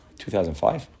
2005